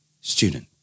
Student